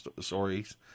stories